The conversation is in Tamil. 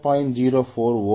04 ஓம்ஸ்